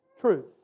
truth